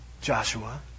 Joshua